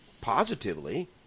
positively